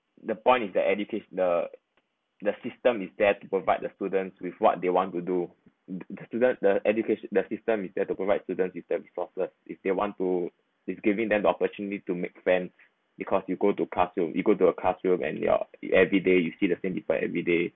the point is that educates the the system is there to provide the students with what they want to do the the students the education the system is there to provide students with the resources if they want to they giving them the opportunity to make friends because you go to classroom you go to a classroom and your you everyday you see the same people everyday